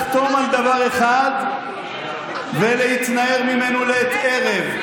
לחתום על דבר אחד ולהתנער ממנו לעת ערב?